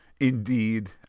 Indeed